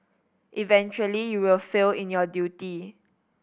eventually you will fail in your duty